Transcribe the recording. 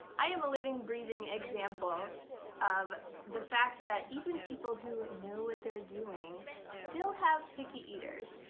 i am a living breathing example of the fact that even people who know what they're doing still have picky eaters.